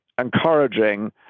encouraging